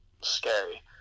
scary